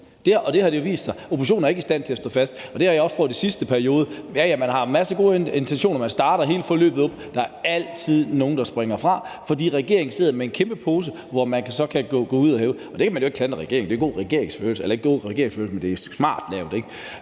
at være sådan, for oppositionen er ikke i stand til at stå fast. Det har jeg også prøvet i sidste periode. Ja, ja, man har en masse gode intentioner, og man starter hele forløbet op, men der er altid nogle, der springer fra, for regeringen sidder med en kæmpe pose, som man kan gå ud og bruge af. Det kan man ikke klandre regeringen for: Det er ikke god regeringsførelse, men det er smart lavet.